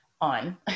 on